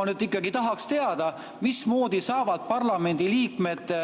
Ma nüüd ikkagi tahaksin teada, mismoodi saavad parlamendiliikmed,